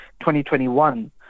2021